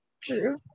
true